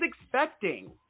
expecting